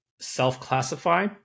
self-classify